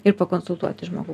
ir pakonsultuoti žmogų